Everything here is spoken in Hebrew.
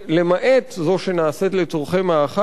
למעט זאת שנעשית לצורכי מאכל,